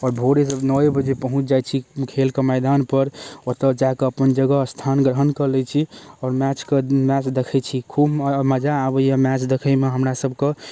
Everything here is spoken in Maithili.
आओर भोरे नओए बजे पहुँचि जाइ छी खेलके मैदानपर ओतऽ जाकऽ अपन जगह स्थान ग्रहण कऽ लै छी आओर मैचके मैच देखै छी खूब मजा आबैए मैच देखैमे हमरासभके